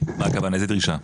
מה הכוונה איזה דרישה?